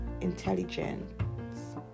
intelligence